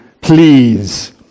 please